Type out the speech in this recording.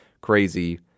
crazy